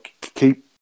keep